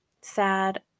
sad